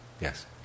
Yes